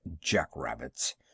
jackrabbits